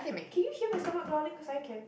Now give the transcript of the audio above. can you hear my stomach growling cause I can